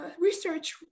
research